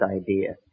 idea